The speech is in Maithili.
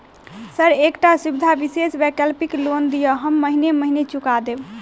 सर एकटा सुविधा विशेष वैकल्पिक लोन दिऽ हम महीने महीने चुका देब?